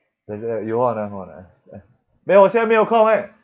you hold on ah hold on ah 没有我现在没有空 eh